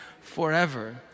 forever